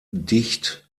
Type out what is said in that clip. dicht